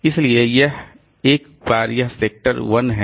इसलिए यह एक बार यह सेक्टर 1 है यह सेक्टर 2 है